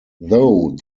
though